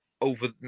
over